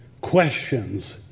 questions